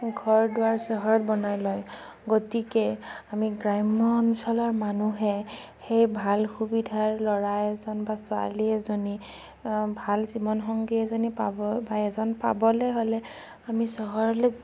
ঘৰ দুৱাৰ চহৰত বনাই লয় গতিকে আমি গ্ৰাম্য অঞ্চলৰ মানুহে সেই ভাল সুবিধাৰ ল'ৰা এজন বা ছোৱালী এজনী ভাল জীৱনসংগী এজনী পাব বা এজন পাবলৈ হ'লে আমি চহৰলৈ